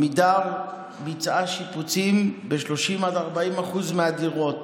עמידר ביצעה שיפוצים ב-30% 40% מהדירות.